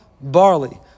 barley